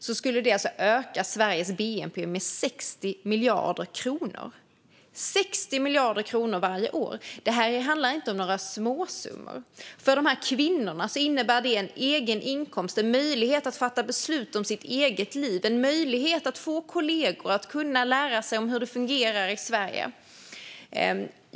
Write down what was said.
Det skulle öka Sveriges bnp med 60 miljarder kronor varje år! 60 miljarder kronor varje år - det handlar inte om några småsummor. För de här kvinnorna innebär detta en egen inkomst och en möjlighet att fatta beslut om sitt eget liv. Det är en möjlighet att få kollegor och att lära sig hur det fungerar i Sverige.